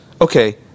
okay